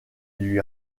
lui